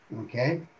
Okay